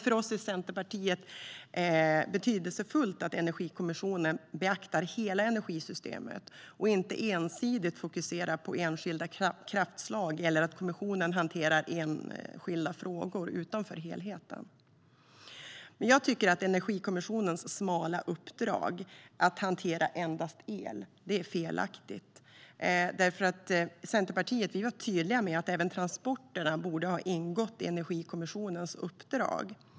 För oss i Centerpartiet är det betydelsefullt att Energikommissionen beaktar hela energisystemet och inte ensidigt fokuserar på enskilda kraftslag eller på enskilda frågor utanför helheten. Jag tycker dock att Energikommissionens smala uppdrag att hantera endast el är felaktigt. Centerpartiet var tydligt med att även transporterna borde ingå i Energikommissionens uppdrag.